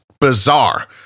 bizarre